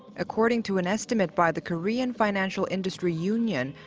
according to an estimate by the korean financial industry union,